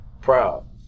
proud